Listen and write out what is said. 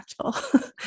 impactful